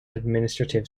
administrative